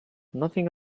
nothing